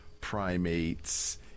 primates